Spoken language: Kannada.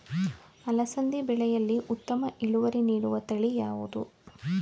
ಅಲಸಂದಿ ಬೆಳೆಯಲ್ಲಿ ಉತ್ತಮ ಇಳುವರಿ ನೀಡುವ ತಳಿ ಯಾವುದು?